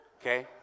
okay